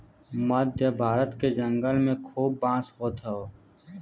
मध्य भारत के जंगल में खूब बांस होत हौ